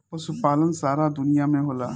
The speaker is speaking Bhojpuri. पशुपालन सारा दुनिया में होला